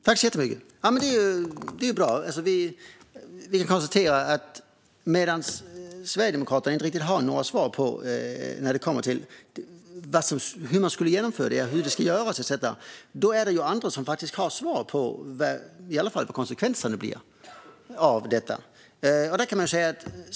Fru talman! Det är bra - vi kan konstatera att Sverigedemokraterna inte riktigt har några svar när det kommer till hur det skulle genomföras. Men det finns andra som faktiskt har svar på vad konsekvenserna av detta skulle bli.